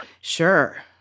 Sure